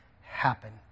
happen